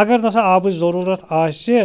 اَگر نَہ سا آبٕچ ضٔروٗرتھ آسہِ